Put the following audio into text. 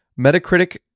Metacritic